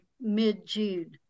mid-June